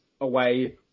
away